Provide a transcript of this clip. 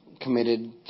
committed